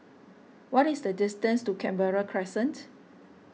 what is the distance to Canberra Crescent